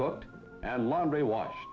cooked and laundry wash